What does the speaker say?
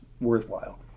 worthwhile